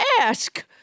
ask